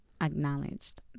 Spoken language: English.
acknowledged